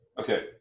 Okay